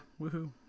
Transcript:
woohoo